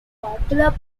popular